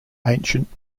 ancient